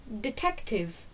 detective